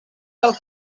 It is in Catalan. del